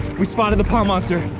we spotted the pond monster.